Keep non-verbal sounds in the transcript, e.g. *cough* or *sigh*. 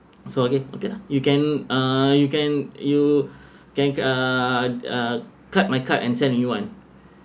so okay okay lah you can uh you can you *breath* can uh cut my card and send me a new one